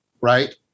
right